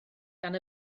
gan